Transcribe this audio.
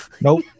nope